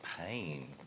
pain